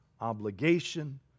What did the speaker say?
obligation